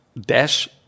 dash